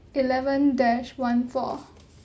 eleven dash one four